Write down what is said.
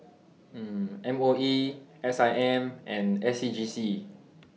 M O E S I M and S C G C